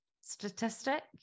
statistic